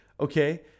Okay